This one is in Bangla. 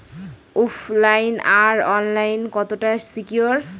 ওফ লাইন আর অনলাইন কতটা সিকিউর?